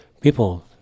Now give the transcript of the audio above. people